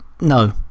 no